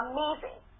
Amazing